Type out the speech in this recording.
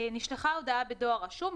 נשלחה הודעה בדואר רשום,